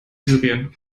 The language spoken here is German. syrien